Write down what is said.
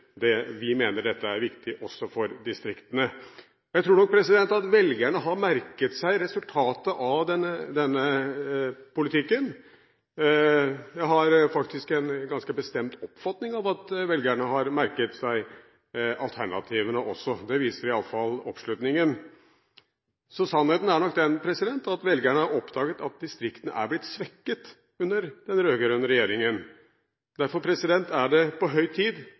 vi mener dette er viktig også for distriktene. Jeg tror nok at velgerne har merket seg resultatet av denne politikken. Jeg har faktisk en ganske bestemt oppfatning av at velgerne også har merket seg alternativene. Det viser iallfall oppslutningen. Så sannheten er nok den at velgerne har oppdaget at distriktene er blitt svekket under den rød-grønne regjeringen. Derfor er det på høy tid